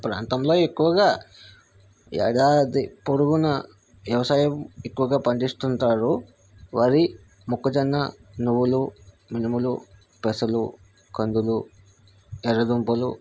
మా ప్రాంతంలో ఎక్కువగా ఏడాది పొడుగునా వ్యవసాయం ఎక్కువగా పండిస్తూ ఉంటారు వరి మొక్కజొన్న నువ్వులు మినుములు పెసర్లు కందులు ఎర్ర దుంపలు